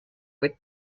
with